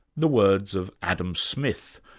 the words of adam smith,